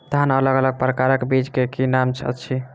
धान अलग अलग प्रकारक बीज केँ की नाम अछि?